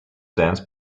dance